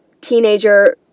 teenager